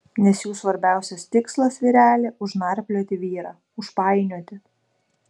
nes jų svarbiausias tikslas vyreli užnarplioti vyrą užpainioti